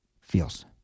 feels